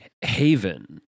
Haven